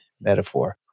metaphor